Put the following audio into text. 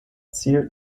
ziel